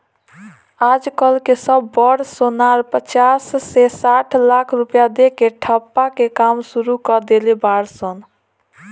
आज कल के सब बड़ सोनार पचास से साठ लाख रुपया दे के ठप्पा के काम सुरू कर देले बाड़ सन